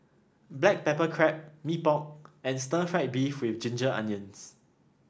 Black Pepper Crab Mee Pok and Stir Fried Beef with Ginger Onions